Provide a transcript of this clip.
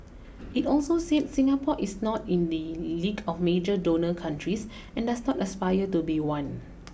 it also said Singapore is not in the league of major donor countries and does not aspire to be one